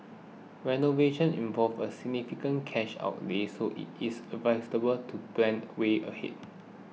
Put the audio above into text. renovation involves a significant cash outlay so it is advisable to plan way ahead